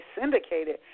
syndicated